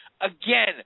again